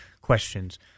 questions